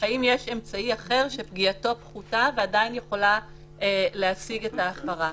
האם יש אמצעי אחר שפגיעתו פחותה ועדיין יכולה להשיג את ההחמרה.